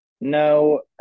no